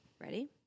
Ready